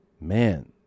man